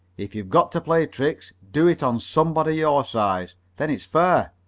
if you've got to play tricks, do it on somebody your size. then it's fair.